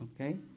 Okay